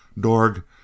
Dorg